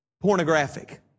pornographic